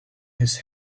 his